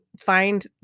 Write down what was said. find